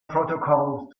protocols